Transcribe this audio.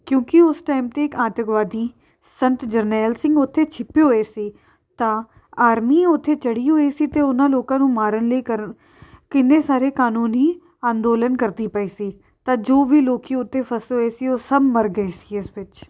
ਕਿਉਂਕਿ ਉਸ ਟਾਈਮ 'ਤੇ ਇੱਕ ਆਤੰਕਵਾਦੀ ਸੰਤ ਜਰਨੈਲ ਸਿੰਘ ਉੱਥੇ ਛਿੱਪੇ ਹੋਏ ਸੀ ਤਾਂ ਆਰਮੀ ਉੱਥੇ ਚੜ੍ਹੀ ਹੋਈ ਸੀ ਅਤੇ ਉਹਨਾਂ ਲੋਕਾਂ ਨੂੰ ਮਾਰਨ ਲਈ ਕਰ ਕਿੰਨੇ ਸਾਰੇ ਕਾਨੂੰਨੀ ਅੰਦੋਲਨ ਕਰਦੀ ਪਈ ਸੀ ਤਾਂ ਜੋ ਵੀ ਲੋਕ ਉੱਥੇ ਫਸੇ ਹੋਏ ਸੀ ਉਹ ਸਭ ਮਰ ਗਏ ਸੀ ਇਸ ਵਿੱਚ